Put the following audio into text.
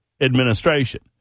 administration